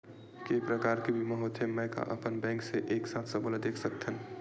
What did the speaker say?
के प्रकार के बीमा होथे मै का अपन बैंक से एक साथ सबो ला देख सकथन?